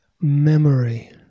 memory